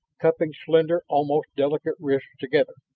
cupping slender, almost delicate wrists together.